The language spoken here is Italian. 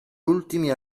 ultimi